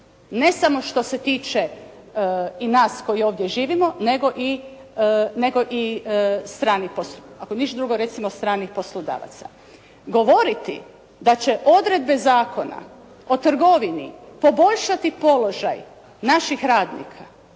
i stranih poslodavac, ako ništa drugo recimo stranih poslodavaca. Govoriti da će odredbe Zakona o trgovini poboljšati položaj naših radnika,